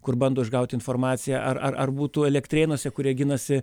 kur bando išgauti informaciją ar ar ar būtų elektrėnuose kurie ginasi